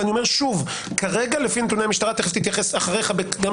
ואני אומר שוב, ואחריך תתייחס גם שלומית.